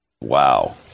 Wow